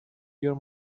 your